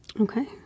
okay